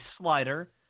slider